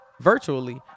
Virtually